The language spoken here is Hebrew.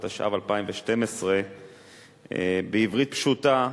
התשע"ב 2012. בעברית פשוטה,